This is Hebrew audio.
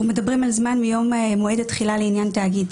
אנחנו מדברים על זמן מיום מועד התחילה לעניין תאגיד.